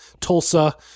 Tulsa